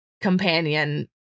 companion